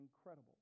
incredible